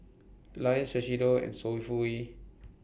Lion Shiseido and Sofy E